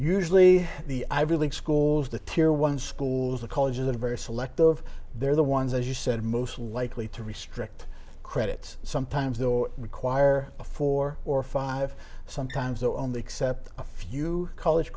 usually the ivy league schools the tir ones schools or colleges are very selective they're the ones as you said most likely to restrict credits sometimes though require a four or five sometimes only accept a few college